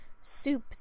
soup